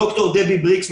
ד"ר דבי בריקס,